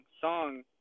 song